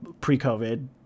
pre-COVID